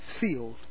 sealed